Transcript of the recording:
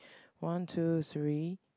one two three